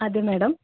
അതെ മേഡം